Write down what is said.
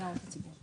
להערות הציבור.